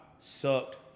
sucked